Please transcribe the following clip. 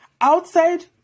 Outside